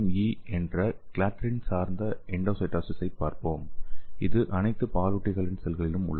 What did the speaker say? இ என்ற கிளாத்ரின் சார்ந்த எண்டோசைட்டோசிஸைப் பார்ப்போம் இது அனைத்து பாலூட்டிகளின் செல்களிலும் உள்ளது